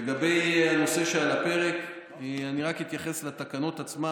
לגבי הנושא שעל הפרק, אני רק אתייחס לתקנות עצמן.